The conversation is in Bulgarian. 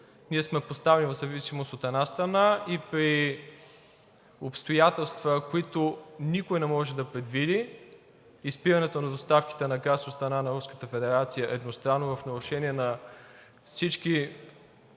ние сме поставени в зависимост от една страна и при обстоятелства, които никой не може да предвиди, и спирането на доставките на газ от страна на Руската федерация едностранно в нарушение на всички